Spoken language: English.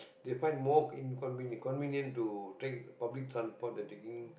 they find more inconve~ convenient to take public transport than taking